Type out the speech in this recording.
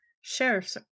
sheriffs